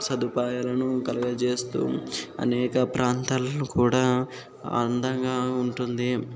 సదుపాయాలను కలుగచేస్తు అనేక ప్రాంతాలను కూడా అందంగా ఉంటుంది